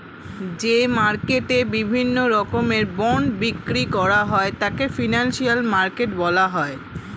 যে মার্কেটে বিভিন্ন রকমের বন্ড বিক্রি করা হয় তাকে ফিনান্সিয়াল মার্কেট বলা হয়